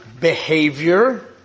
behavior